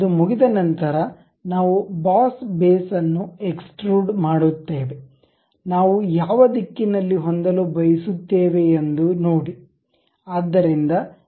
ಅದು ಮುಗಿದ ನಂತರ ನಾವು ಬಾಸ್ ಬೇಸ್ ಅನ್ನು ಎಕ್ಸ್ಟ್ರುಡ್ ಮಾಡುತ್ತೇವೆ ನಾವು ಯಾವ ದಿಕ್ಕಿನಲ್ಲಿ ಹೊಂದಲು ಬಯಸುತ್ತೇವೆ ಎಂದು ನೋಡಿ